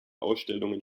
ausstellungen